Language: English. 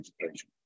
education